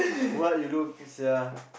what you look sia